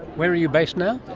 where are you based now?